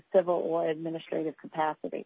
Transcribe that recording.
civil or administrative capacity